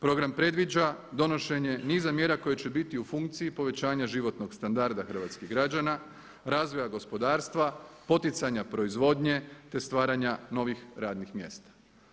Program predviđa donošenje niza mjera koje će biti u funkciji povećanja životnog standarda hrvatskih građana, razvoja gospodarstva, poticanja proizvodnje te stvaranja novih radnih mjesta.